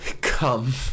come